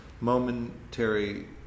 momentary